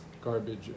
garbage